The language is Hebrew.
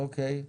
אוקיי.